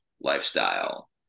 lifestyle